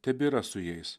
tebėra su jais